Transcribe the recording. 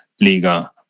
Liga